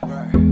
Right